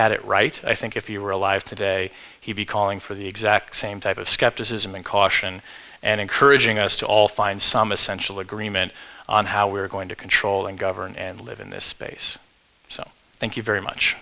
had it right i think if you were alive today he'd be calling for the exact same type of skepticism and caution and encouraging us to all find some essential agreement on how we're going to control and govern and live in this space so thank you very